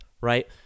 right